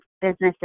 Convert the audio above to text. businesses